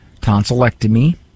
tonsillectomy